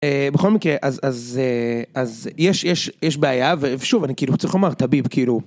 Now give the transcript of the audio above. בכל מקרה אז אז אז יש יש יש בעיה ושוב אני כאילו צריך לומר טביב כאילו.